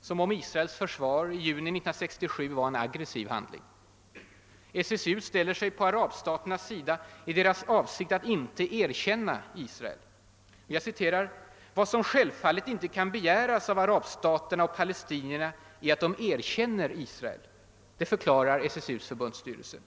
som om Israels försvar i juni 1967 var en aggressiv handling. SSU ställer sig på arabstaternas sida i deras avsikt att inte erkänna Israel. »Vad som självfallet inte kan begäras av arabstaterna eller palestinierna är att de erkänner Israel ———«, förklarar SSU:s förbundsstyrelse.